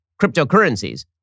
cryptocurrencies